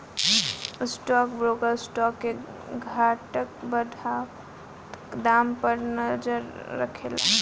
stock broker stock के घटत बढ़त दाम पर नजर राखेलन